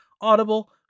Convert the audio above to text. Audible